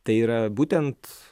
tai yra būtent